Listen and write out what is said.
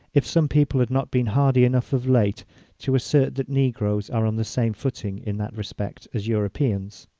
if some people had not been hardy enough of late to assert that negroes are on the same footing in that respect as europeans.